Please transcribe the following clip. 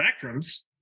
spectrums